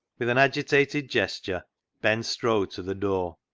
with an agitated gesture ben strode to the door.